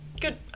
good